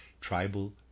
tribal